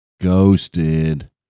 Ghosted